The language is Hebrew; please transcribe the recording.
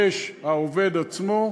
יש העובד עצמו,